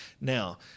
Now